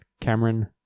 cameron